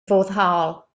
foddhaol